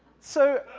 so,